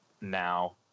now